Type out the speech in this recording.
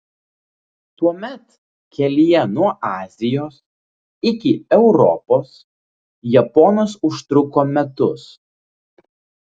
tuomet kelyje nuo azijos iki europos japonas užtruko metus